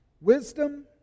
Wisdom